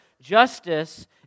justice